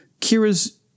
kira's